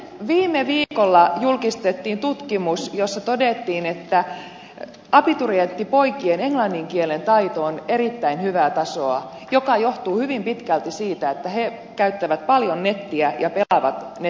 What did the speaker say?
viime viikolla julkistettiin tutkimus jossa todettiin että abiturienttipoikien englannin kielen taito on erittäin hyvää tasoa mikä johtuu hyvin pitkälti siitä että he käyttävät paljon nettiä ja pelaavat nettipelejä